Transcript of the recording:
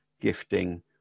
gifting